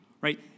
Right